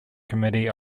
committee